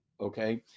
Okay